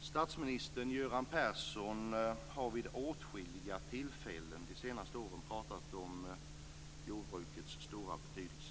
Statsminister Göran Persson har vid åtskilliga tillfällen de senaste åren pratat om jordbrukets stora betydelse.